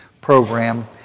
program